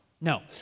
No